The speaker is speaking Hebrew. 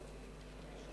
בבקשה.